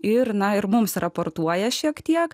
ir na ir mums raportuoja šiek tiek